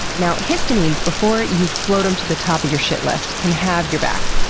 now, histamines before you float them to the top of your shit list can have your back.